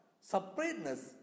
Separateness